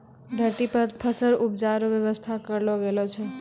धरती पर फसल उपजाय रो व्यवस्था करलो गेलो छै